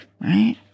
right